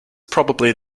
probably